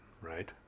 right